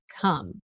come